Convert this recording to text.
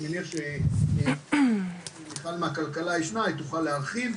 אני מניח שמיכל ממשרד הכלכלה ישנה והיא תוכל להרחיב.